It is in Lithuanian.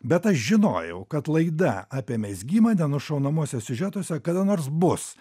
bet aš žinojau kad laida apie mezgimą nenušaunamuose siužetuose kada nors bus